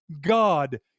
God